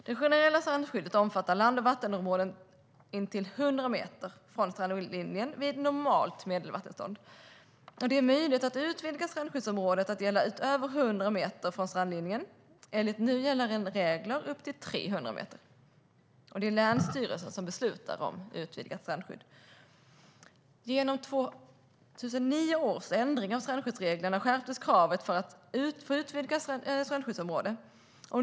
Det generella strandskyddet omfattar land och vattenområdet intill 100 meter från strandlinjen vid normalt medelvattenstånd. Det är möjligt att utvidga ett strandskyddsområde till att gälla utöver 100 meter från strandlinjen, enligt nu gällande regler upp till 300 meter. Det är länsstyrelsen som beslutar om utvidgat strandskydd. Genom 2009 års ändring av strandskyddsreglerna skärptes kravet för att få utvidga ett strandskyddsområde.